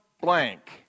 blank